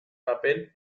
papel